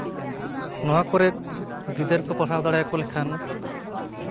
ᱱᱚᱣᱟ ᱠᱚᱨᱮᱫ ᱜᱤᱫᱟᱹᱨ ᱠᱚ ᱯᱟᱲᱦᱟᱣ ᱫᱟᱲᱮᱭᱟᱠᱚ ᱞᱮᱠᱷᱟᱱ